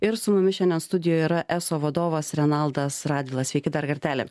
ir su mumis šiandien studijoj yra eso vadovas renaldas radvila sveiki dar kartelį